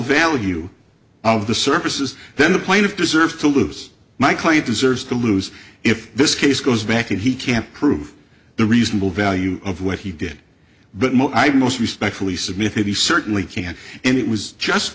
value of the services then the plaintiff deserve to loose my client deserves to lose if this case goes back and he can't prove the reasonable value of what he did but most respectfully submit he certainly can't and it